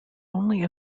only